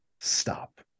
stop